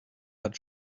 hat